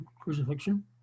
crucifixion